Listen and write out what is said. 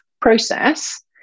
process